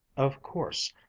of course,